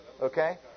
Okay